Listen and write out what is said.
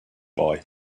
boy